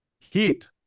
Heat